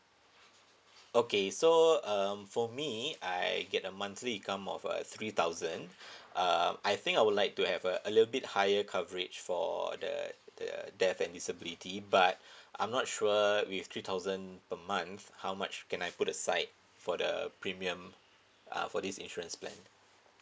okay so um for me I get a monthly income of a three thousand um I think I would like to have a a little bit higher coverage for the the death and disability but I'm not sure if three thousand per month how much can I put aside for the premium uh for this insurance plan